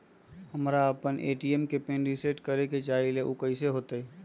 हम अपना ए.टी.एम के पिन रिसेट करे के चाहईले उ कईसे होतई?